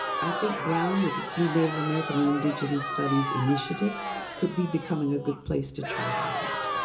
i think brown, with its new native american and indigenous studies initiative could be becoming a good place to try that out.